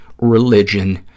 religion